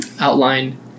outline